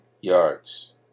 yards